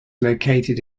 located